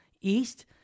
east